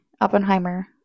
Oppenheimer